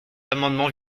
amendement